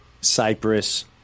Cyprus